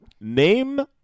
Name